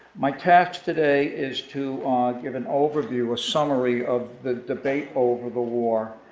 my task today is to give an overview, a summary of the debate over the war,